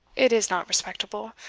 it is not respectable.